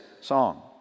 song